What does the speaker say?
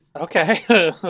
Okay